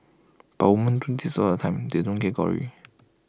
but women do this all the time they don't get glory